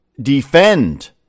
defend